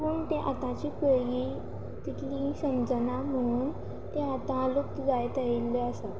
पूण तें आतांची पिळगी तितली समजना म्हणून तें आतां अलिप्त जायत आयिल्लें आसा